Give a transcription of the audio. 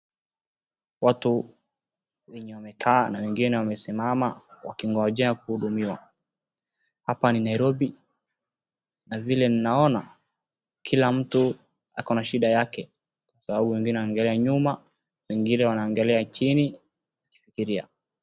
Watu wenye wamekaa na wengine wamesimama wakingojea kuhudumiwa. Hapa ni Nairobi na vile ninaona kila mtu ako na shida yake kwa sababu wengine wanaangalia nyuma, wengine wanaangalia chini wakifikiria.